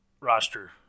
roster